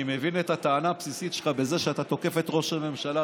אני מבין את הטענה הבסיסית שלך בזה שאתה תוקף את ראש הממשלה,